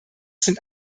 sind